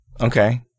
Okay